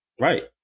Right